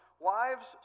Wives